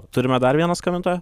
turime dar vieną skambintoją